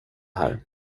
här